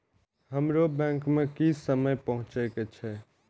हमरो बैंक में की समय पहुँचे के छै?